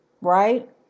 right